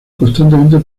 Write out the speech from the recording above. constantemente